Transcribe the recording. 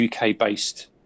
UK-based